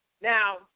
Now